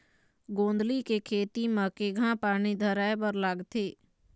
गोंदली के खेती म केघा पानी धराए बर लागथे?